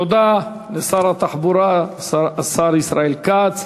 תודה לשר התחבורה, השר ישראל כץ.